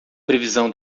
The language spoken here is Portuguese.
previsão